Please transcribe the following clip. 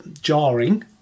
jarring